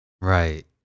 Right